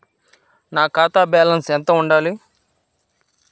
నా ఖాతా బ్యాలెన్స్ ఎంత ఉండాలి?